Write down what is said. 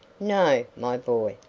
no, my boy,